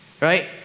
right